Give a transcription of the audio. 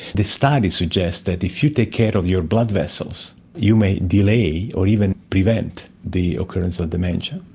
the studies suggest that if you take care of your blood vessels you may delay or even prevent the occurrence of dementia.